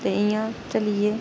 ते इ'यां चली गे